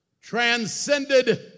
transcended